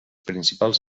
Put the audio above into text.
principals